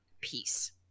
peace